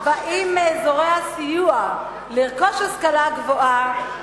הבאים מאזורי הסיוע לרכוש השכלה גבוהה